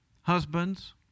husbands